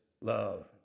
love